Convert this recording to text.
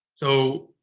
so,